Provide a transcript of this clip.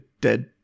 dead